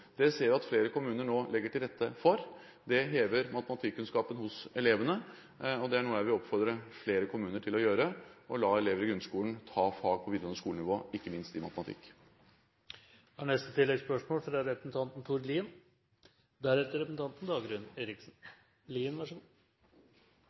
Det ser vi at flere kommuner nå legger til rette for. Det hever matematikkunnskapen hos elevene, og det å la elever i grunnskolen ta fag på videregående skole-nivå – ikke minst i matematikk – er noe jeg vil oppfordre flere kommuner til å gjøre. Tord Lien – til oppfølgingsspørsmål. Det statsministeren og representanten